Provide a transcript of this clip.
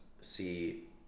see